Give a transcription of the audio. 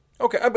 okay